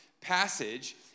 passage